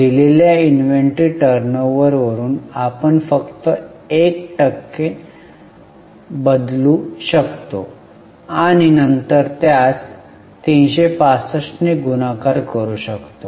दिलेल्या इन्व्हेंटरी टर्नओव्हरवरुन आपण फक्त 1 टेक बदलू शकतो आणि नंतर त्यास 365 ने गुणाकार करू शकतो